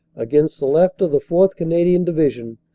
against the left of the fourth. canadian division,